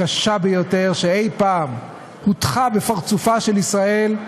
הקשה ביותר שאי-פעם הוטחה בפרצופה של ישראל,